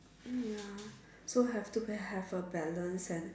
ya so have to have a balance and